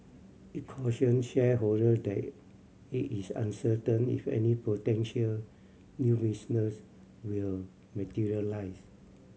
it cautioned shareholder that it is uncertain if any potential new business will materialise